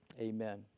Amen